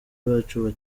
bacu